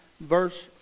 verse